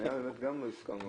החניה לרכב, גם לא הזכרנו.